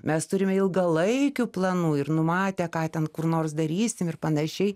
mes turime ilgalaikių planų ir numatę ką ten kur nors darysim ir panašiai